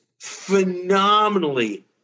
phenomenally